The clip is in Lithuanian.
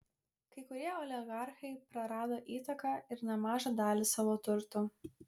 kai kurie oligarchai prarado įtaką ir nemažą dalį savo turto